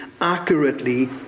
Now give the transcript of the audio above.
accurately